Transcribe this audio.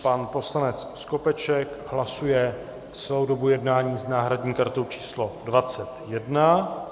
Pan poslanec Skopeček hlasuje celou dobu jednání s náhradní kartou číslo 21.